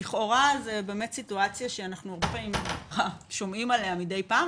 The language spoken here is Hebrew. לכאורה זו באמת סיטואציה שאנחנו שומעים עליה מדי פעם,